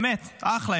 באמת, אחלה.